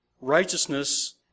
righteousness